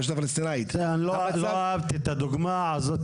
ברשות הפלסטינית --- לא אהבתי את הדוגמא הזו,